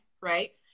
right